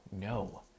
No